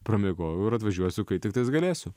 pramiegojau ir atvažiuosiu kai tiktais galėsiu